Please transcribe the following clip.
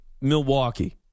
Milwaukee